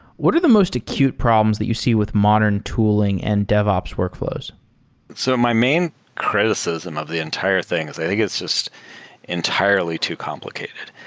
what are the most acute problems that you see with modern tooling and devops workfl ows? so my main criticism of the entire thing is i think it's just entirely too complicated.